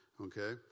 okay